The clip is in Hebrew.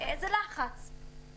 לחץ גדול.